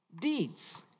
deeds